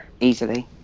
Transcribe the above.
Easily